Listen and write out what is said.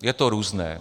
Je to různé.